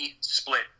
split